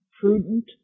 prudent